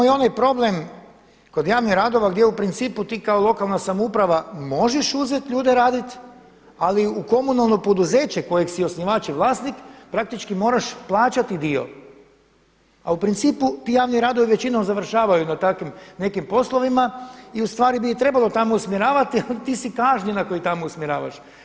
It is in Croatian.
Imamo i onaj problem kod javnih radova gdje u principu ti kao lokalna samouprava možeš uzeti ljude radit, ali u komunalno poduzeće kojeg si osnivač i vlasnik, praktički moraš plaćati dio, a u principu ti javni radovi završavaju na takvim nekim poslovima i ustvari bi ih trebalo tamo usmjeravati, ali ti si kažnjen ako ih tamo usmjeravaš.